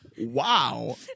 Wow